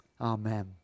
Amen